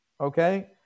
okay